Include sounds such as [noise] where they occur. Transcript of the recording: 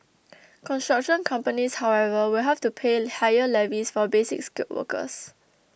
[noise] construction companies however will have to pay higher levies for Basic Skilled workers